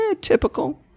typical